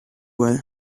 well